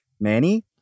Manny